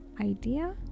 Idea